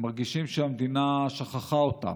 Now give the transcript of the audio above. הם מרגישים שהמדינה שכחה אותם.